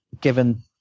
given